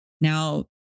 Now